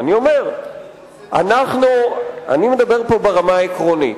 אני מדבר פה ברמה העקרונית.